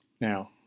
Now